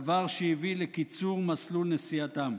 דבר שהביא לקיצור מסלול נסיעתם.